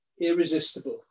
irresistible